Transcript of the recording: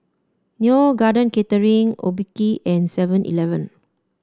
Neo Garden Catering Obike and Seven Eleven